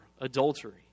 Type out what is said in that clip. adultery